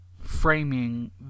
framing